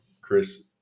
Chris